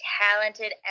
talented